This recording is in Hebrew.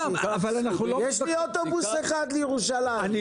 יש לי אוטובוס אחד לירושלים,